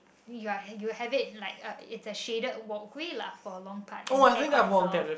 you're you have it like uh it's a shaded walkway lah for a long part and air con as well